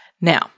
Now